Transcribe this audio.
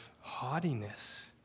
haughtiness